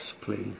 please